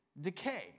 decay